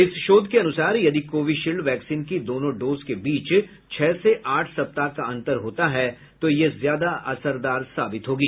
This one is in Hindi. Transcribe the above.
इस शोध के अनुसार यदि कोविशील्ड वैक्सीन की दोनों डोज के बीच छह से आठ सप्ताह का अन्तर होता है तो यह ज्यादा असरदार साबित होगी